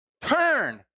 turn